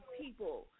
people